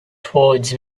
towards